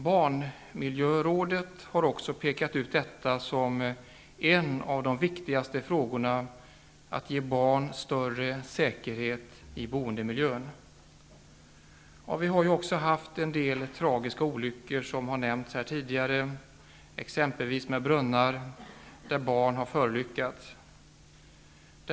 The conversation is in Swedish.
Barnmiljörådet har pekat ut detta som en av de viktigaste frågorna, att ge barn större säkerhet i boendemiljön. Vi har ju haft en del tragiska olyckor, exempelvis med brunnar, där barn har förolyckats.